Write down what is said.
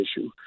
issue